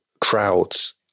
crowds